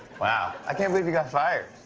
wow. i can't believe you got fired.